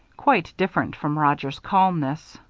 quite different from roger's calmness.